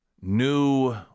New